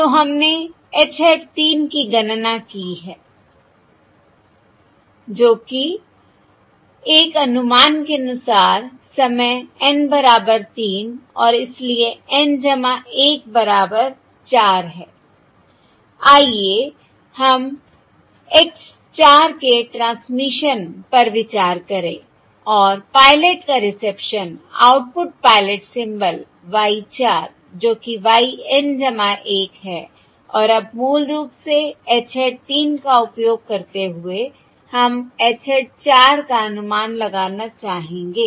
तो हमने h hat 3 की गणना की है जो कि एक अनुमान के अनुसार समय N बराबर तीन और इसलिए N 1 बराबर 4 है आइए हम x 4 के ट्रांसमिशन पर विचार करें और पायलट का reception output pilot symbol y 4 जो कि y N 1 है और अब मूल रूप से h hat 3 का उपयोग करते हुए हम h hat 4 का अनुमान लगाना चाहेंगे